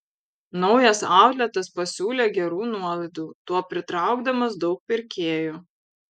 naujas autletas pasiūlė gerų nuolaidų tuo pritraukdamas daug pirkėjų